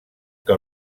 que